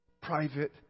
private